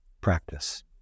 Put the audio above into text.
practice